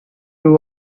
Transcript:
two